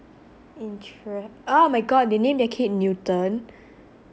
intre~ oh my god they named their kid newton